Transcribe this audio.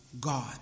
God